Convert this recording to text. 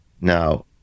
Now